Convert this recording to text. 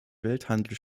welthandel